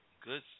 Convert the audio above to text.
Good